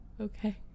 Okay